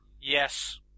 Yes